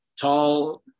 tall